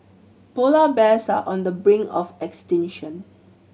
polar bears are on the brink of extinction